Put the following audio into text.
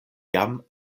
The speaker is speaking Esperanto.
jam